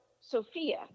Sophia